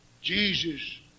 Jesus